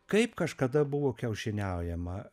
kaip kažkada buvo kiaušiniaujama